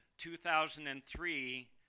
2003